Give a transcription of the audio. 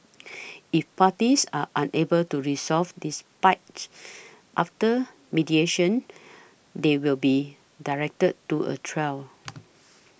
if parties are unable to resolve despite after mediation they will be directed to a trial